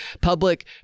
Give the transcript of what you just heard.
public